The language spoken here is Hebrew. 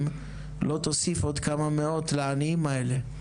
לא תוסיף עוד כמה מאות לעניים האלה?